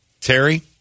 Terry